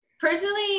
personally